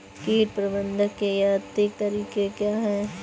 कीट प्रबंधक के यांत्रिक तरीके क्या हैं?